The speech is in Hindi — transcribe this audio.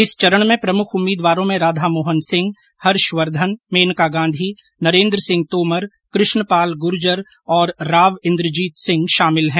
इस चरण में प्रमुख उम्मीदवारों में राधामोहन सिंह हर्षवर्धन मेनका गांधी नरेंद्र सिंह तोमर कृष्णपाल गुर्जर और रॉव इंद्रजीत सिंह शामिल हैं